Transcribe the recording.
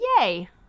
yay